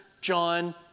John